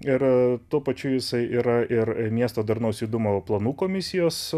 ir tuo pačiu jisai yra ir miesto darnaus judumo planų komisijos